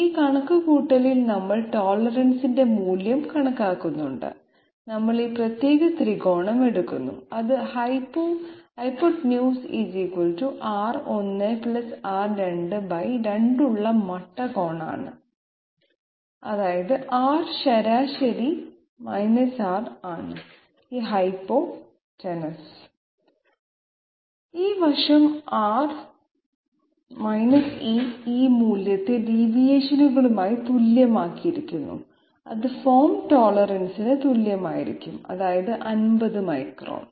ഈ കണക്കുകൂട്ടലിൽ നമ്മൾ ടോളറൻസിന്റെ മൂല്യം കണക്കാക്കുന്നു നമ്മൾ ഈ പ്രത്യേക ത്രികോണം എടുക്കുന്നു അത് ഹൈപ്പോടെന്യൂസ് R1 R2 ബൈ 2 ഉള്ള മട്ട കോണാണ് അതായത് R ശരാശരി R ആണ് ഈ ഹൈപ്പോടെനസ് ഈ വശം R e e മൂല്യത്തെ ഡീവിയേഷനുമായി തുല്യമാക്കിയിരിക്കുന്നു അത് ഫോം ടോളറൻസിനു തുല്യമായിരിക്കും അതായത് 50 മൈക്രോൺ